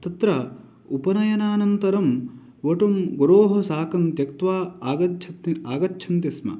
तत्र उपनयनानन्तरं वटुं गुरोः साकं त्यक्त्वा आगच्छत् आगच्छन्तिस्म